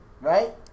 Right